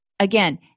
Again